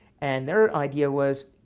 and their idea was,